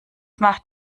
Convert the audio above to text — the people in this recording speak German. macht